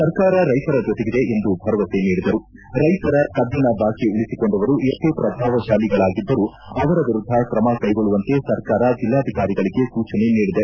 ಸರ್ಕಾರ ರೈತರ ಜೊತೆಗಿದೆ ಎಂದು ಭರವಸೆ ನೀಡಿದರು ರೈತರ ಕಬ್ಬಿನ ಬಾಕಿ ಉಳಿಸಿಕೊಂಡವರು ಎಷ್ವೇ ಪ್ರಭಾವತಾಲಿಗಳಾಗಿದ್ದರೂ ಅವರ ವಿರುದ್ದ ತ್ರಮ ಕೈಗೊಳ್ಳುವಂತೆ ಸರ್ಕಾರ ಜಿಲ್ಲಾಧಿಕಾರಿಗಳಿಗೆ ಸೂಚನೆ ನೀಡಿದೆ